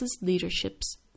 leadership's